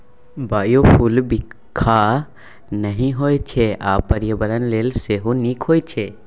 biofuel बिखाह नहि होइ छै आ पर्यावरण लेल सेहो नीक होइ छै